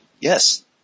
yes